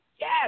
Yes